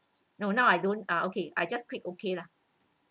no now I don't ah okay I just click okay lah